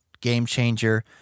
game-changer